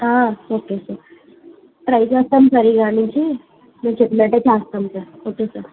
okay sir try చేస్తాం sir ఇవాళ నుంచి మీరు చెప్పినట్టే చేస్తాం సార్ ఓకే సార్